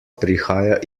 prihaja